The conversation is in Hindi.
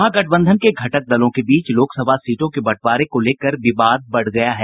महागठबंधन के घटक दलों के बीच लोकसभा सीटों के बंटवारे को लेकर विवाद बढ़ गया है